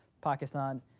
Pakistan